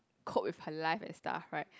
cope with her life and stuff right